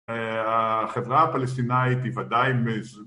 החברה הפלסטינאית היא ודאי